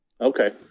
Okay